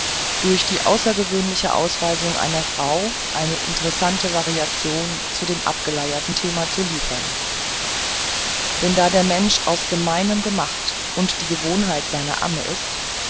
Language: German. durch die außergewöhnliche ausweisung einer frau eine interessantere variation zu dem abgeleierten thema zu liefern denn da der mensch aus gemeinem gemacht und die gewohnheit seine amme ist